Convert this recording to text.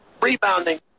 rebounding